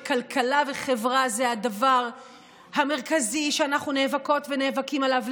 כלכלה וחברה הן הדבר המרכזי שאנחנו נאבקות ונאבקים עליו,